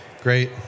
Great